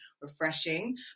refreshing